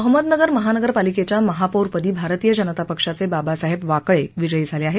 अहमदनगर महानगरपालिकेच्या महापौरपदी भारतीय जनता पक्षाचे बाबासाहेब वाकळे विजयी झाले आहेत